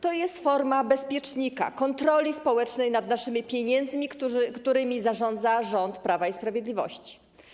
To jest forma bezpiecznika, kontroli społecznej nad naszymi pieniędzmi, którymi zarządza rząd Prawa i Sprawiedliwości.